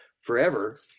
forever